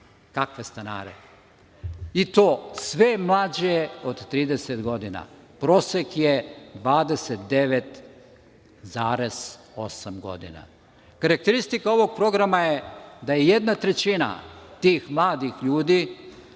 Kakve stanare? I to sve mlađe od 30 godina, prosek je 29,8 godina. Karakteristika ovog programa je da je 1/3 tih mladih ljudi